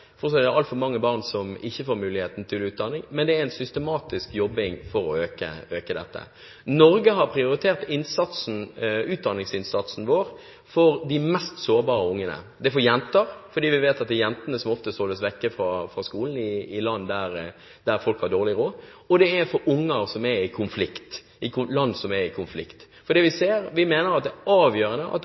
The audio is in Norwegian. er en systematisk jobbing for å øke dette. Norge har prioritert utdanningsinnsatsen for de mest sårbare ungene. Det er for jenter, fordi vi vet at det er jentene som oftest holdes borte fra skolen i land der folk har dårlig råd, og det er for unger i land som er i konflikt. Vi mener det er avgjørende at unger får utdanning for